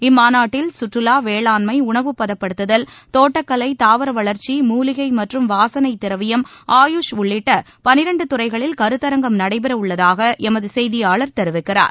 இம்மாநாட்டில் கற்றுலா வேளாண்மை உணவுப்பதப்படுத்துதல் தோட்டக்கலை தாவர வளர்ச்சி மூலிகை மற்றும் வாசைள திரவியம் ஆயுஷ் உள்ளிட்ட பன்ளிரெண்டு துறைகளில் கருத்தரங்கம் நடைபெறவுள்ளதாக எமது செய்தியாளர் தெரிவிக்கிறார்